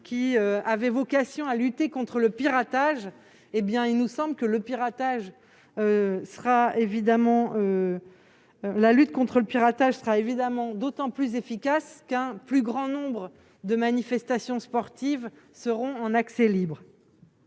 qui avaient vocation à lutter contre le piratage. Il nous semble que la lutte contre ce dernier sera d'autant plus efficace qu'un plus grand nombre de manifestations sportives seront en accès libre.